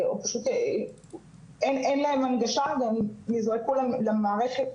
או שפשוט אין להם הנגשה והם גם נזרקו למערכת